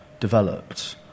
developed